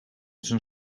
zijn